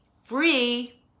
free